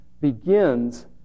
begins